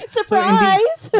Surprise